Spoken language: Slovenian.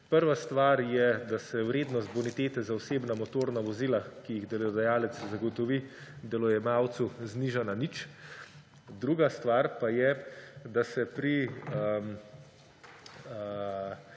Prva stvar je, da se vrednost bonitete za osebna motorna vozila, ki jih delodajalec zagotovi, delojemalcu zniža na nič. Druga stvar pa je, da se pri